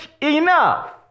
enough